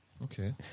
Okay